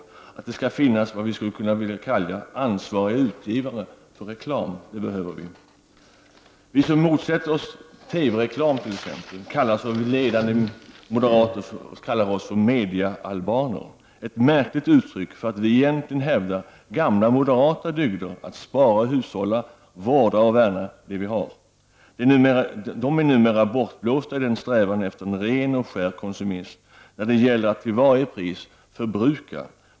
Jag anser att det skall finnas vad vi skulle vilja kalla ansvariga utgivare för reklam. Vi som motsätter oss TV-reklam kallas av ledande moderater för mediealbaner. Det är ett märkligt uttryck för att vi egentligen hävdar gamla moderata dygder om att spara och hushålla, vårda och värna det vi har. De är numera bortblåsta i en strävan efter en ren och skär konsumism, där det gäller att till varje pris förbruka.